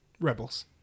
rebels